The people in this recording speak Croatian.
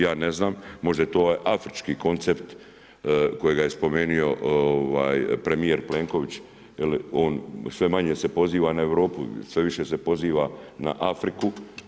Ja ne znam, možda je to ovaj Afrički koncept kojega je spomenio premijer Plenković, jer on sve manje se poziva na Europu, sve više se poziva na Afriku.